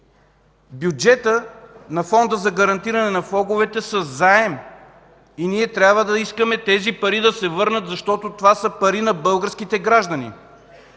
бюджета на Фонда за гарантиране на влоговете, са заем и ние трябва да искаме тези пари да се върнат, защото това са пари на българските граждани.